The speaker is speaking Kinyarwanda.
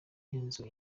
n’inzu